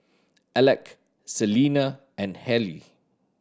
Alec Selina and Hallie